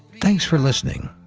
thanks for listening,